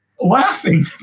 laughing